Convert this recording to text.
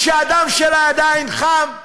כשהדם שלה עדיין חם.